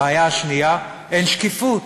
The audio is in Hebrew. הבעיה השנייה: אין שקיפות.